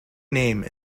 name